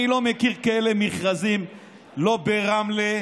אני לא מכיר מכרזים כאלה לא ברמלה,